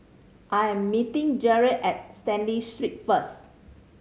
I am meeting Jere at Stanley Street first